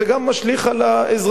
זה גם משליך על האזרחים,